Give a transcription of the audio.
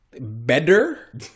Better